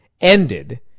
ended